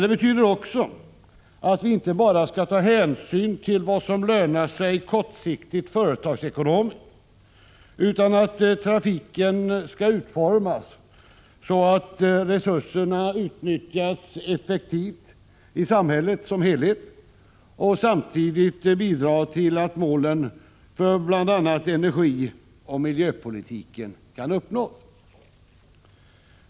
Det betyder vidare att vi inte bara skall ta hänsyn till vad som lönar sig kortsiktigt företagsekonomiskt, utan också till att trafiken skall utformas så att resurserna utnyttjas effektivt i samhället som helhet och samtidigt bidra till att målen för bl.a. energioch miljöpolitiken kan uppnås.